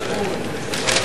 חבר הכנסת נסים זאב,